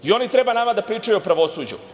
I oni treba nama da pričaju o pravosuđu?